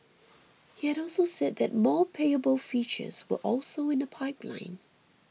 he had also said that more payable features were also in the pipeline